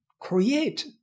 create